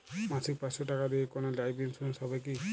মাসিক পাঁচশো টাকা দিয়ে কোনো লাইফ ইন্সুরেন্স হবে কি?